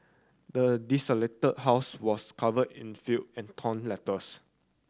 the desolated house was covered in filth and torn letters